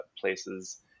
places